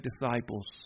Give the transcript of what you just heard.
disciples